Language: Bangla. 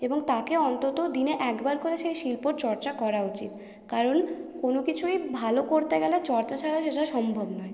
এবং তাকে অন্তত দিনে একবার করে সেই শিল্পর চর্চা করা উচিত কারণ কোনোকিছুই ভালো করতে গেলে চর্চা ছাড়া সেটা সম্ভব নয়